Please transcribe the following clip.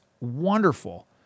wonderful